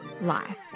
life